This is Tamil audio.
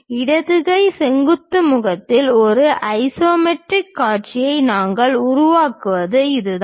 இடது கை செங்குத்து முகத்தில் ஒரு ஐசோமெட்ரிக் காட்சியை நாங்கள் உருவாக்குவது இதுதான்